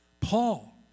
Paul